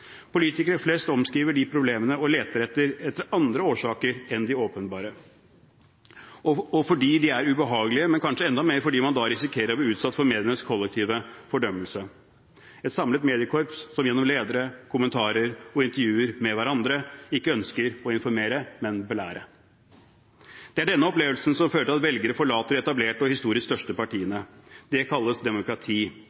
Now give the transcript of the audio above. Politikere flest omskriver problemene og leter etter andre årsaker enn de åpenbare, ofte fordi de er ubehagelige, men kanskje enda mer fordi man da risikerer å bli utsatt for medienes kollektive fordømmelse – et samlet mediekorps som gjennom ledere, kommentarer og intervjuer med hverandre ikke ønsker å informere, men belære. Det er denne opplevelsen som fører til at velgere forlater de etablerte og historisk største partiene.